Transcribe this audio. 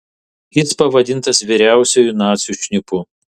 jis pavadintas vyriausiuoju nacių šnipu